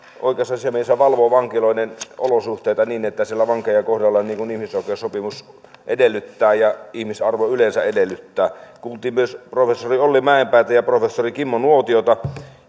oikeusasiamieshän valvoo vankiloiden olosuhteita että siellä vankeja kohdellaan niin kuin ihmisoikeussopimus edellyttää ja ihmisarvo yleensä edellyttää kuultiin myös professori olli mäenpäätä ja professori kimmo nuotiota